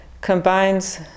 combines